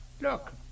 Look